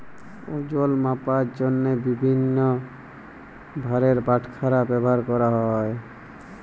ওজল মাপার জ্যনহে বিভিল্ল্য ভারের বাটখারা ব্যাভার ক্যরা হ্যয়